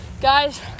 guys